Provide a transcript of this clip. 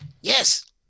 Yes